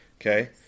okay